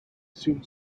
soon